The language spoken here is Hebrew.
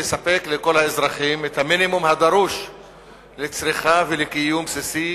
לספק לכל האזרחים את המינימום הדרוש לצריכה ולקיום בסיסי.